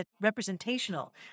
representational